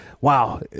Wow